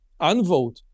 unvote